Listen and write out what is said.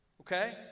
okay